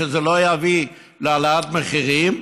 שזה לא יביא להעלאת מחירים,